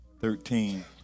Thirteen